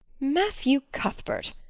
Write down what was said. matthew cuthbert,